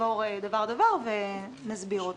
נעבור דבר דבר ונסביר אותו.